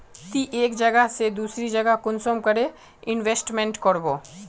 ती एक जगह से दूसरा जगह कुंसम करे इन्वेस्टमेंट करबो?